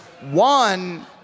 one